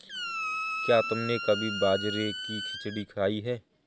क्या तुमने कभी बाजरे की खिचड़ी खाई है?